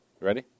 Ready